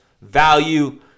value